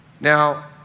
Now